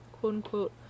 quote-unquote